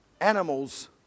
animals